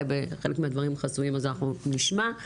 חלק מהדברים חסויים אז אנחנו נשמע.